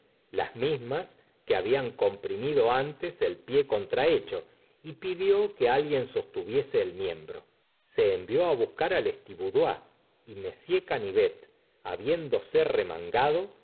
las mismas que habían comprimido antes el pie contrahecho y pidió que alguien sostuviese el miembro se envió á buscar á lestibudois y m canivet la dora de bovary habiéndose remangado